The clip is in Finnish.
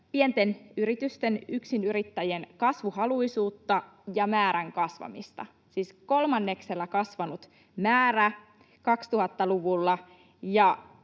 pienten yritysten ja yksinyrittäjien kasvuhaluisuutta ja määrän kasvamista. Siis kolmanneksella oli kasvanut määrä 2000‑luvulla. Ja